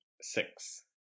six